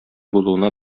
булуына